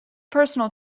personal